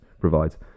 provides